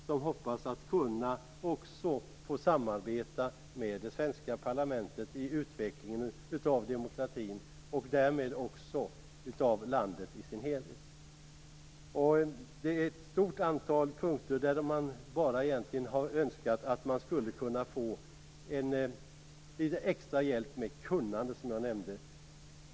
Man hoppas att man också skall få samarbeta med det svenska parlamentet när det gäller utvecklingen av demokratin och därmed också av landet i sin helhet. Det finns ett stort antal punkter där man egentligen bara har önskat litet extra hjälp med kunnande, som jag nämnde.